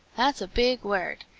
that's a big word,